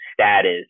status